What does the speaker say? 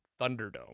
Thunderdome